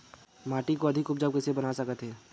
माटी को अधिक उपजाऊ कइसे बना सकत हे?